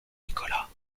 nicolas